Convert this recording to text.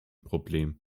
problem